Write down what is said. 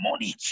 money